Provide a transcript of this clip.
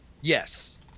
Yes